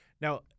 Now